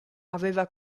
aveva